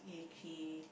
he he